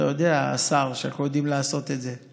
אתה יודע, השר, שאנחנו יודעים לעשות את זה.